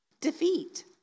defeat